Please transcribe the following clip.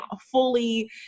fully